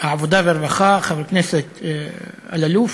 העבודה והרווחה חבר הכנסת אלאלוף,